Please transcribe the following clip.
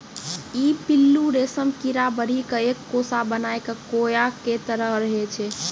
ई पिल्लू रेशम कीड़ा बढ़ी क एक कोसा बनाय कॅ कोया के तरह रहै छै